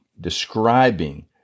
describing